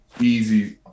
easy